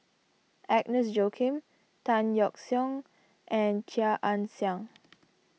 Agnes Joaquim Tan Yeok Seong and Chia Ann Siang